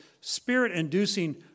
spirit-inducing